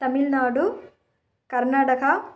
Tamil Nadu Karnataka